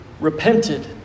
repented